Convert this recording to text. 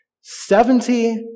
Seventy